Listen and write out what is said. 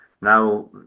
Now